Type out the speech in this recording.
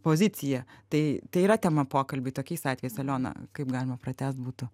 pozicija tai tai yra tema pokalbiui tokiais atvejais aliona kaip galima pratęst būtų